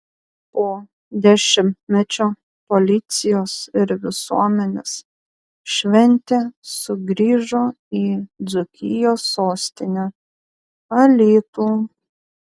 po dešimtmečio policijos ir visuomenės šventė sugrįžo į dzūkijos sostinę alytų